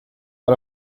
out